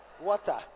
Water